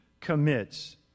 commits